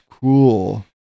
cool